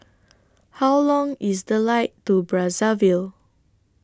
How Long IS The Flight to Brazzaville